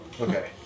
Okay